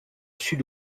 sud